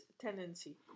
tendency